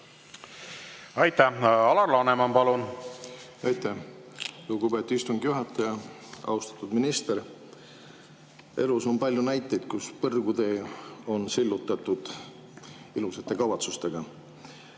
Aitäh! Alar Laneman, palun! Aitäh, lugupeetud istungi juhataja! Austatud minister! Elus on palju näiteid, kus põrgutee on sillutatud ilusate kavatsustega.